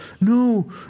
No